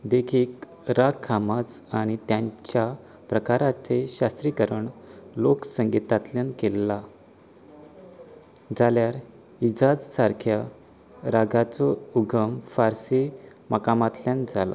देखीक राग खामाज आनी तेंच्या प्रकारांचें शास्त्रीयीकरण लोक संगीतांतल्यान केल्लां जाल्यार हिजाझ सारक्या रागांचो उगम फार्सी मकामांतल्यान जाला